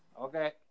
Okay